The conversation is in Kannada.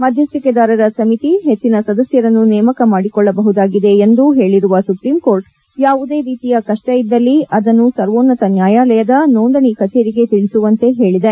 ಮಧ್ಯಸ್ಥಿಕೆದಾರರ ಸಮಿತಿ ಹೆಚ್ಚಿನ ಸದಸ್ಕರನ್ನು ನೇಮಕ ಮಾಡಿಕೊಳ್ಳಬಹುದಾಗಿದೆ ಎಂದೂ ಹೇಳಿರುವ ಸುಪ್ರೀಂಕೋರ್ಟ್ ಯಾವುದೇ ರೀತಿಯ ಕಪ್ಪ ಇದ್ದಲ್ಲಿ ಅದನ್ನು ಸರ್ವೋನ್ನತ ನ್ಯಾಯಾಲಯದ ನೋಂದಣಿ ಕಚೇರಿಗೆ ತಿಳಿಸುವಂತೆ ಹೇಳಿದೆ